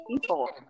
people